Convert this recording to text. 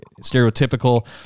stereotypical